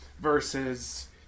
versus